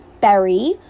berry